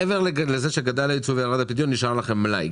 מעבר לזה, נשאר לכם מלאי.